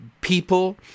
People